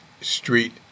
Street